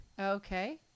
Okay